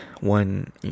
one